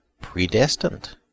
predestined